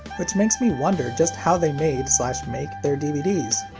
which makes me wonder just how they made make their dvds.